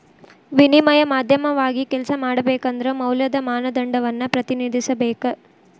ವಿನಿಮಯ ಮಾಧ್ಯಮವಾಗಿ ಕೆಲ್ಸ ಮಾಡಬೇಕಂದ್ರ ಮೌಲ್ಯದ ಮಾನದಂಡವನ್ನ ಪ್ರತಿನಿಧಿಸಬೇಕ